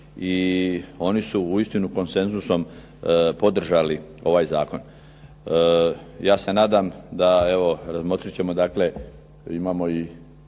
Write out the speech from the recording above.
i oni su uistinu konsenzusom podržali ovaj zakon. Ja se nadam da, evo razmotrit ćemo dakle, imamo i